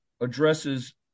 addresses